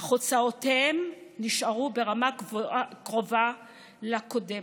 אך הוצאותיהם נשארו ברמה הקרובה לקודמת.